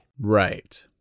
Right